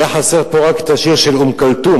היה חסר פה רק השיר של אום כולתום,